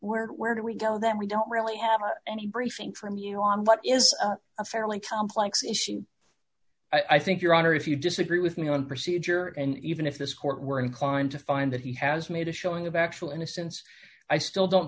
where where do we tell that we don't really have any briefing from you on what is a fairly complex issue i think your honor if you disagree with me on procedure and even if this court were inclined to find that he has made a showing of actual innocence i still don't